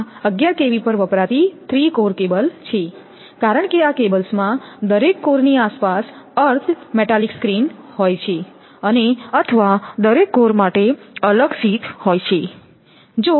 આ 11 kV પર વપરાતી 3 કોર કેબલ છે કારણ કે આ કેબલ્સમાં દરેક કોરની આસપાસ અર્થડ મેટાલિક સ્ક્રીન હોય છે અને અથવા દરેક કોર માટે અલગ શીથ હોય છે